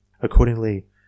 Accordingly